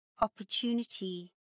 opportunity